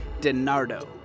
DiNardo